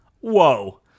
Whoa